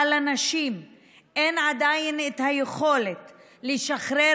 שבה לנשים אין עדיין את היכולת לשחרר